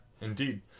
indeed